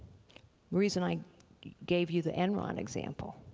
reason i gave you the enron example,